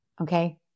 Okay